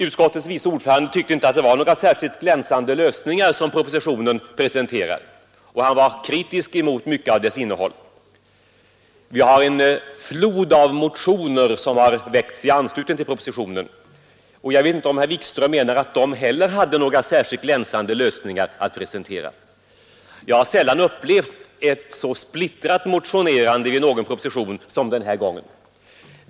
Utskottets vice ordförande tyckte inte att det var några särskilt glänsande lösningar som propositionen presenterat, och han var kritisk mot mycket av dess innehåll. En flod av motioner har väckts i anslutning till propositionen. Jag vet inte om herr Wikström menar att de inte heller presenterade några särskilt glänsande lösningar. Jag har sällan upplevt ett så splittrat motionerande som i anledning av denna proposition.